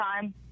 time